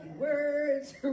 words